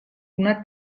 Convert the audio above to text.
una